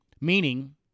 Meaning